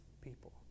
people